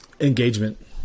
Engagement